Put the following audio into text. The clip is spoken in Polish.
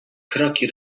kroki